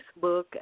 Facebook